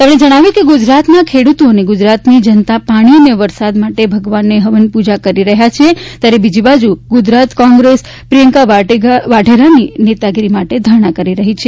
તેમણે જણાવ્યું કે ગુજરાતના ખેડૂતો અને ગુજરાતની જનતા પાણી અને વરસાદ માટે ભગવાનને હવન પૂજા કરી રહ્યા છે ત્યારે બીજી બાજુ ગુજરાત કોંગ્રેસ પ્રિયંકા વાઢરાની નેતાગીરી માટે ધરણા કરી રહી છે